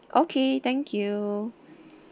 okay thank you